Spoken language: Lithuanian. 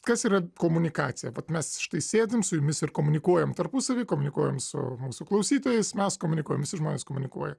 kas yra komunikacija vat mes štai sėdim su jumis ir komunikuojam tarpusavy komunikuojam su mūsų klausytojais mes komunikuojam visi žmonės komunikuoja